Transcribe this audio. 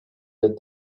that